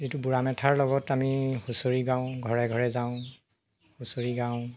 যিটো বুঢ়া মেথাৰ লগত আমি হুঁচৰি গাওঁ ঘৰে ঘৰে যাওঁ হুঁচৰি গাওঁ